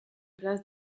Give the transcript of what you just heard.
place